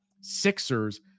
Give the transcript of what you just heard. Sixers